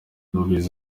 luis